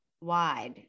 wide